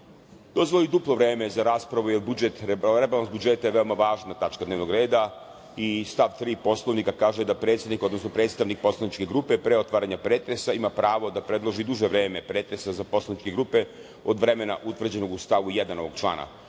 dozvoli duplo vreme za raspravu, jer je rebalans budžeta veoma važna tačka dnevnog reda, a stav 3. Poslovnika kaže da predsednik, odnosno predstavnik poslaničke grupe, pre otvaranja pretresa, ima pravo da predloži duže vreme pretresa za poslaničke grupe od vremena utvrđenog u stavu 1. ovog člana.